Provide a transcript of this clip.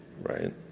right